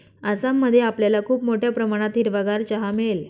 आसाम मध्ये आपल्याला खूप मोठ्या प्रमाणात हिरवागार चहा मिळेल